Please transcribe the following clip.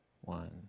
one